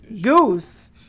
Goose